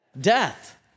death